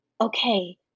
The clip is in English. okay